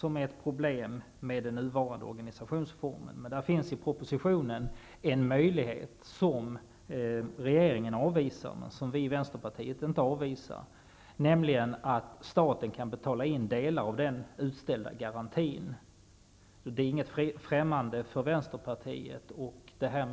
Detta är ett problem i den nuvarande organisationsformen. I propositionen berörs en möjlighet som regeringen men inte vänsterpartiet avvisar, nämligen att staten kan betala in delar av den utställda garantin. Detta är inte något som är främmande för Vänsterpartiet.